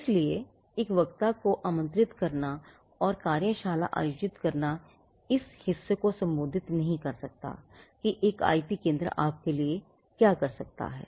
इसलिए एक वक्ता को आमंत्रित करना और एक कार्यशाला आयोजित करना इस हिस्से को संबोधित नहीं कर सकता है कि एक आईपी केंद्र आपके लिए क्या कर सकता है